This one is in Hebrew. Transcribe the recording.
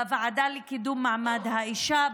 בוועדה לקידום מעמד האישה.